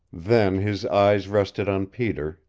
then his eyes rested on peter,